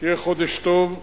שיהיה חודש טוב,